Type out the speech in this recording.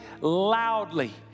loudly